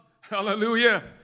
hallelujah